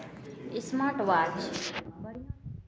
smart watch